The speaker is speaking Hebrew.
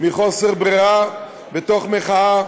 מחוסר ברירה ומתוך מחאה,